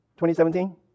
2017